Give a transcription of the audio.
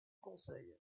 conseil